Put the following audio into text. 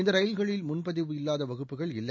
இந்த ரயில்களில் முன் பதிவு இல்லாத வகுப்புகள் இல்லை